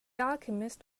alchemist